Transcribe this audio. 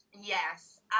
Yes